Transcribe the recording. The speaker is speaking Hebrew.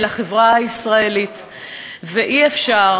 להצעה החשובה-מאוד שלך,